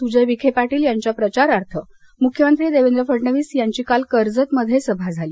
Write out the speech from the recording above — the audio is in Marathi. सुजय विखे पाटील यांच्या प्रचारार्थ मुख्यमंत्री देवेंद्र फडणवीस यांची कर्जतमध्ये सभा झाली